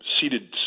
seated